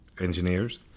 engineers